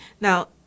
Now